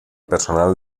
personal